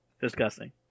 Disgusting